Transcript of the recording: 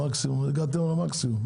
הגעתם למקסימום.